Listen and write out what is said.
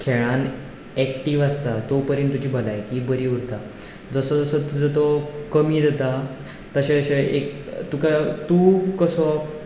खेळांत एक्टिव्ह आसता तो परेन तुजी भलायकी बरी उरता जसो जसो तुजो तो कमी जाता तशें तशें तुका एक तुका तूं कसो